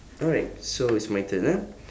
alright so it's my turn ah